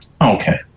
okay